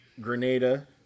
Grenada